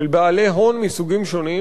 של בעלי הון מסוגים שונים,